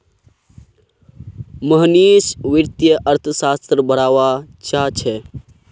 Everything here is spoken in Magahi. मोहनीश वित्तीय अर्थशास्त्र पढ़वा चाह छ